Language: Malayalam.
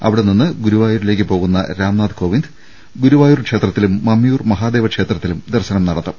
അവിടെനിന്ന് ഗുരുവായൂരിലേക്ക് പോകുന്ന രാം നാഥ് കോവിന്ദ് ഗുരുവായൂർ ക്ഷേത്രത്തിലും മമ്മിയൂർ മഹാദേവ ക്ഷേത്രത്തിലും ദർശനം നടത്തും